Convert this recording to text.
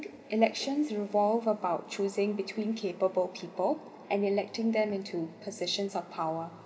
elections revolve about choosing between capable people and electing them into positions of power